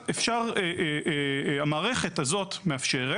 כמו הייעוץ המשפטי גם אנחנו סבורים שצריך